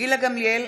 גילה גמליאל,